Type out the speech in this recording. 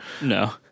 No